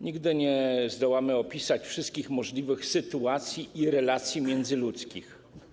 Nigdy nie zdołamy opisać wszystkich możliwych sytuacji i relacji międzyludzkich.